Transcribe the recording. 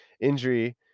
injury